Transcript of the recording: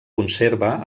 conserva